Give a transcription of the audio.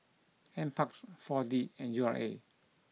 Nparks Four D and U R A